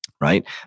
right